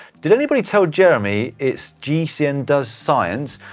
did anybody tell jeremy it's gcn does science?